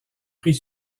prix